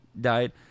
died